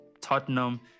Tottenham